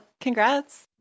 congrats